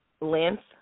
length